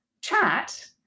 chat